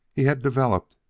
he had developed,